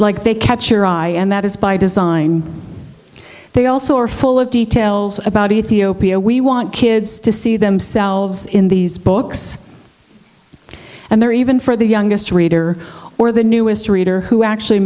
like they catch your eye and that is by design they also are full of details about ethiopia we want kids to see themselves in these books and there even for the youngest reader or the newest reader who actually